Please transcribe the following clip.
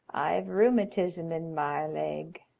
i've rheumatism in my leg.